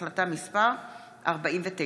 החלטה מס' 49,